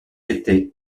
été